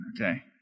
Okay